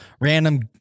random